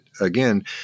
again